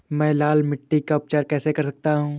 मैं लाल मिट्टी का उपचार कैसे कर सकता हूँ?